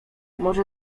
może